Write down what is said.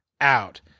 Out